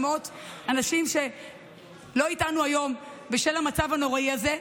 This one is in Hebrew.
אנשים שלא איתנו היום בשל המצב הנוראי הזה.